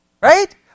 right